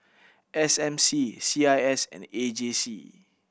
S M C C I S and A J C